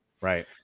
Right